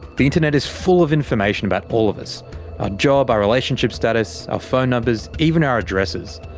the internet is full of information about all of us our job, our relationship status, our phone numbers, even our addresses.